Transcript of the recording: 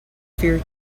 fear